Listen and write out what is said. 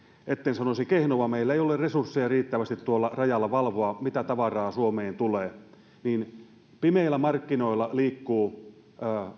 etten sanoisi kehnoa meillä ei ole resursseja riittävästi tuolla rajalla valvoa mitä tavaraa suomeen tulee niin pimeillä markkinoilla liikkuu